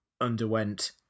underwent